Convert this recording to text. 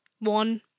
One